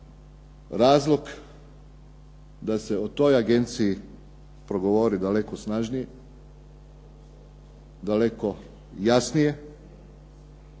razlog da se o toj agenciji progovori daleko snažnije, daleko jasnije.